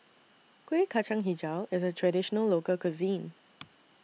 Kuih Kacang Hijau IS A Traditional Local Cuisine